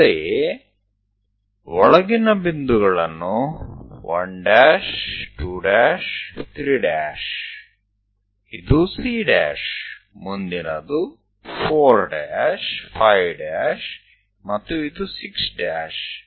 ಅಂತೆಯೇ ಒಳಗಿನ ಬಿಂದುಗಳನ್ನು 1 ' 2' 3' ಇದು C' ಮುಂದಿನದು 4 ' 5' ಮತ್ತು ಇದು 6 'B